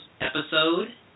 episode